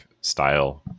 style